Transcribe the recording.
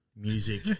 music